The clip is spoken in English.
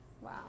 Wow